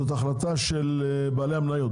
זאת החלטה של בעלי המניות,